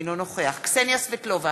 אינו נוכח קסניה סבטלובה,